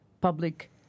public